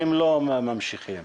אם לא, ממשיכים.